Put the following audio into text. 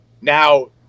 Now